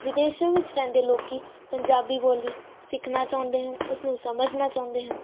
ਵਿਦੇਸ਼ਾਂ ਵਿੱਚ ਰਹਿੰਦੇ ਲੋਕੀਂ ਪੰਜਾਬੀ ਬੋਲੀ ਸਿੱਖਣਾ ਚਾਹੁੰਦੇ ਹਨ ਉਸ ਨੂੰ ਸਮਝਣਾ ਚਾਹੁੰਦੇ ਹਨ